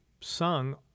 sung